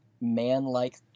man-like